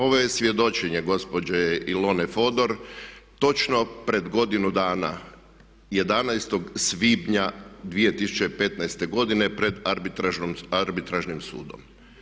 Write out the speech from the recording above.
Ovo svjedočenje gospođe Ilone Fodor točno pred godinu dana 11. svibnja 2015. godine pred arbitražnim sudom.